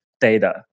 data